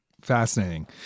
Fascinating